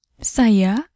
Saya